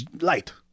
Light